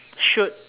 should